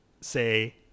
say